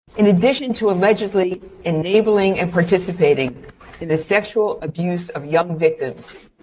in addition to allegedly enabling and participating in the sexual abuse of young victims,